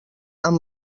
amb